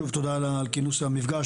שוב תודה על כינוס המפגש,